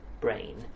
brain